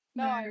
no